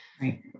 Right